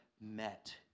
met